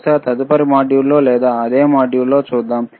బహుశా తదుపరి మాడ్యూల్లో లేదా ఇదే మాడ్యూల్ లో చూద్దాం